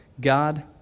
God